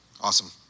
Awesome